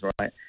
right